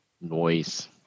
Noise